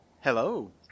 Hello